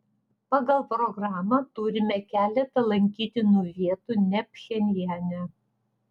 pagal programą turime keletą lankytinų vietų ne pchenjane